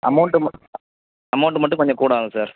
amount மட் amount மட்டும் கொஞ்சம் கூட ஆகும் சார்